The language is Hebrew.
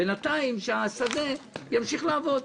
בינתיים שהשדה ימשיך לעבוד.